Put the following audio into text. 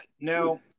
Now